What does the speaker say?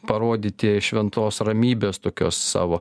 parodyti šventos ramybės tokios savo